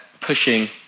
pushing